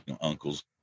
uncles